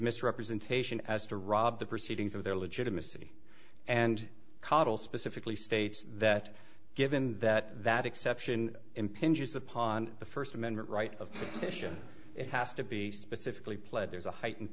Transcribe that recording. misrepresentation as to rob the proceedings of their legitimacy and coddle specifically states that given that that exception impinges upon the first amendment right of position it has to be specifically pled there's a heightened